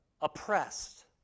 oppressed